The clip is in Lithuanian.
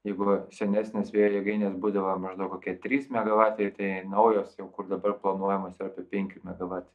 jeigu va senesnės vėjo jėgainės būdavo maždaug kokie trys megavatai tai naujos jau kur dabar planuojamos yra apie penki megavatai